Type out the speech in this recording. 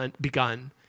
begun